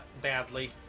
badly